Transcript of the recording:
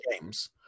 games